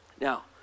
Now